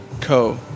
Co